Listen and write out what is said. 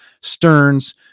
Stearns